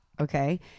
Okay